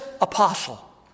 apostle